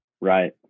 Right